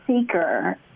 seeker